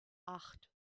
acht